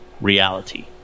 reality